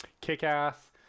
kick-ass